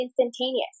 instantaneous